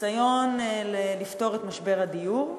ניסיון לפתור את משבר הדיור,